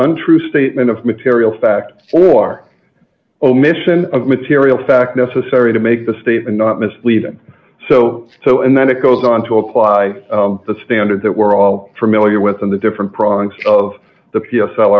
untrue statement of material facts or omission of material fact necessary to make the statement not misleading so so and then it goes on to apply the standard that we're all familiar with in the different prongs of the p